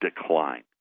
decline